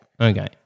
Okay